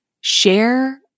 share